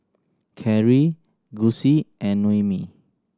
Cary Gussie and Noemi